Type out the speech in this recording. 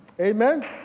Amen